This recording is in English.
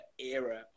era